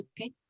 okay